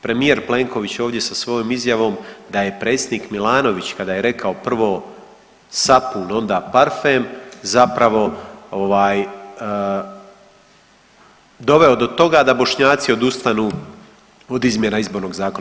Premijer Plenković ovdje sa svojom izjavom da je predsjednik Milanović, kada je rekao prvo sapun onda parfem, zapravo ovaj, doveo do toga da Bošnjaci odustanu od izmjena Izbornog zakona.